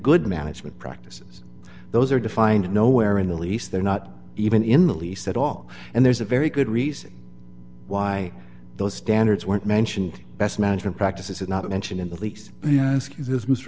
good management practices those are defined nowhere in the least they're not even in the least at all and there's a very good reason why those standards weren't mentioned best management practices is not mentioned in the least ask this mr